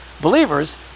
believers